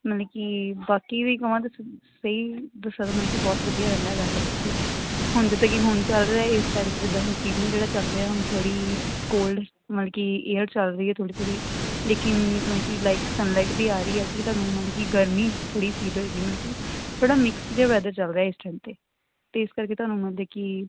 ਮਤਲਬ ਕਿ ਬਾਕੀ ਵੀ ਕਹਾਂ ਤਾਂ ਸਹੀ ਦੱਸਾਂ ਤਾਂ ਮਤਲਬ ਕਿ ਬਹੁਤ ਵਧੀਆ ਰਹਿੰਦਾ ਵੈਦਰ ਇੱਥੇ ਹੁਣ ਜਿੱਦਾਂ ਕਿ ਹੁਣ ਚੱਲ ਰਿਹਾ ਇਸ ਟਾਈਮ 'ਤੇ ਜਿੱਦਾਂ ਹੁਣ ਸੀਜ਼ਨ ਜਿਹੜਾ ਚੱਲ ਰਿਹਾ ਹੁਣ ਥੋੜ੍ਹੀ ਕੋਲਡ ਮਤਲਬ ਕਿ ਏਅਰ ਚੱਲ ਰਹੀ ਹੈ ਥੋੜ੍ਹੀ ਥੋੜ੍ਹੀ ਲੇਕਿਨ ਮਤਲਬ ਕਿ ਲਾਈਕ ਸੰਨਲਾਈਟ ਵੀ ਆ ਰਹੀ ਹੈਗੀ ਤੁਹਾਨੂੰ ਮਤਲਬ ਕਿ ਗਰਮੀ ਥੋੜ੍ਹੀ ਫੀਲ ਹੋਏਗੀ ਮਤਲਬ ਕਿ ਥੋੜ੍ਹਾ ਮਿਕਸ ਜਿਹਾ ਵੈਦਰ ਚੱਲਦਾ ਇਸ ਟਾਈਮ 'ਤੇ ਅਤੇ ਇਸ ਕਰਕੇ ਤੁਹਾਨੂੰ ਮਤਲਬ ਕਿ